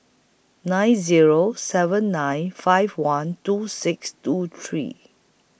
nine Zero seven nine five one two six two three